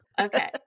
Okay